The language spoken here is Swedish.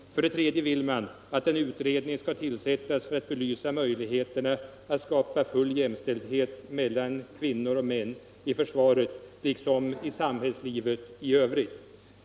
För det tredje vill man att en utredning skall tillsättas för att belysa möjligheterna att skapa full jämställdhet mellan kvinnor och män i försvaret liksom i samhällslivet i övrigt.